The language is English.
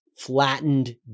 flattened